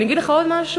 אני אגיד לך עוד משהו?